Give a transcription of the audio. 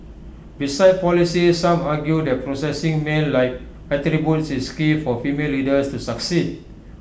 besides policies some argue that possessing male like attributes is key for female leaders to succeed